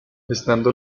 estando